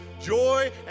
joy